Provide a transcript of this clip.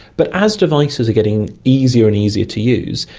but as devices are getting easier and easier to use,